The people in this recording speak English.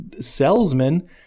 salesman